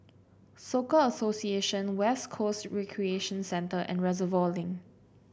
Soka Association West Coast Recreation Centre and Reservoir Link